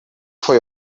foi